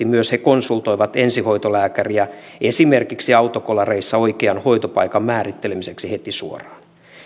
myös he konsultoivat ensihoitolääkäriä esimerkiksi autokolareissa oikean hoitopaikan määrittelemiseksi heti suoraan